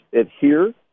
adhere